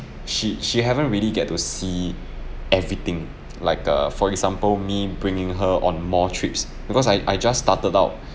she she haven't really get to see everything like err for example me bringing her on more trips because I I just started out